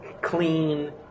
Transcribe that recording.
clean